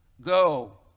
Go